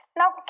now